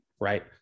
Right